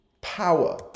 power